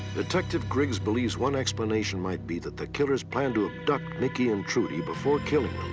detective griggs believes one explanation might be that the killers planned to abduct mickey and trudy before killing